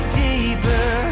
deeper